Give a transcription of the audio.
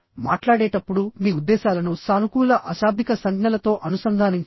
మాట్లాడేటప్పుడు మీ ఉద్దేశాలను సానుకూల అశాబ్దిక సంజ్ఞలతో అనుసంధానించండి